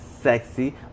sexy